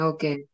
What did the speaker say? Okay